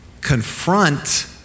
confront